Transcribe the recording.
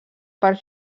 per